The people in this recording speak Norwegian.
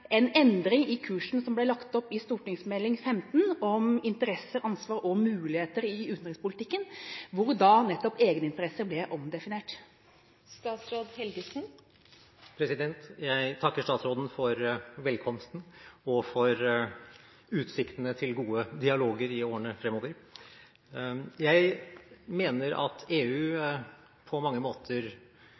en endring i kursen som ble lagt opp i St.meld. nr. 15 for 2008–2009 om interesser, ansvar og muligheter i utenrikspolitikken, hvor da nettopp egeninteresser ble omdefinert? Jeg takker representanten for velkomsten, og for utsiktene til gode dialoger i årene framover! Jeg mener at EU på mange måter